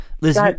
liz